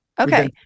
Okay